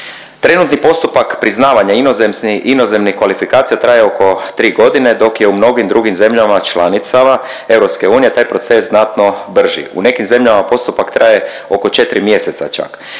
Trenutni postupak priznavanja inozemnih kvalifikacija traje oko 3 godine, dok je u mnogim drugim zemljama članicama EU taj proces znatno brži. U nekim zemljama postupak traje oko 4 mjeseca čak.